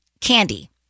Candy